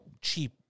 cheap